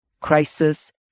crisis